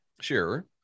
sure